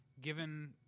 given